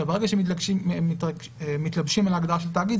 ברגע שמתלבשים על הגדרה של תאגיד,